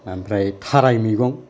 ओमफ्राय थाराय मैगं